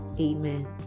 Amen